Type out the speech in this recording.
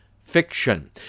fiction